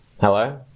Hello